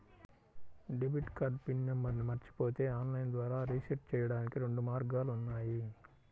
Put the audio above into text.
debit card pin నంబర్ను మరచిపోతే online ద్వారా రీసెట్ చెయ్యడానికి రెండు మార్గాలు ఉన్నాయి